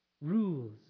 rules